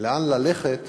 לאן ללכת